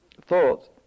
thoughts